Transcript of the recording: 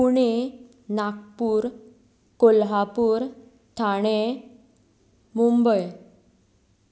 Pune Nagpur Kolhapur Thane Mumbai